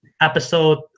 episode